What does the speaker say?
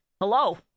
Hello